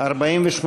151 לא נתקבלה.